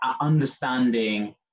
understanding